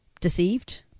deceived